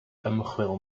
ymchwil